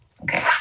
Okay